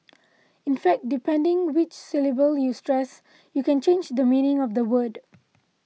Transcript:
in fact depending which syllable you stress you can change the meaning of a word